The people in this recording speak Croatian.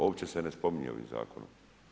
Uopće se ne spominje ovim Zakonom.